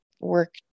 work